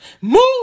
move